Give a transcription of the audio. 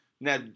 Now